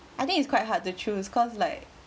I think it's quite hard to choose cause like